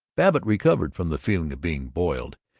babbitt recovered from the feeling of being boiled.